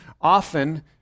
Often